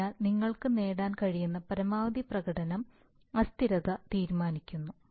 അതിനാൽ നിങ്ങൾക്ക് നേടാൻ കഴിയുന്ന പരമാവധി പ്രകടനം അസ്ഥിരത തീരുമാനിക്കുന്നു